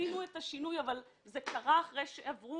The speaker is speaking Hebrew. אבל זה קרה אחרי שעברו